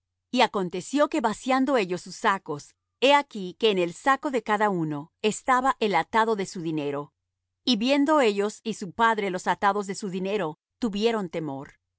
y aconteció que vaciando ellos sus sacos he aquí que en el saco de cada uno estaba el atado de su dinero y viendo ellos y su padre los atados de su dinero tuvieron temor